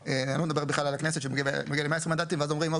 מנדטים ואני לא מדבר על הכנסת שזה מגיע ל-120 מנדטים ואז אומרים שלא